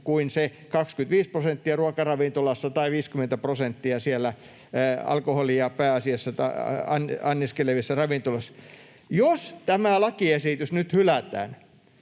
kuin se 25 prosenttia ruokaravintolassa tai 50 prosenttia siellä alkoholia pääasiassa anniskelevissa ravintoloissa. Jos tämä lakiesitys nyt hylätään,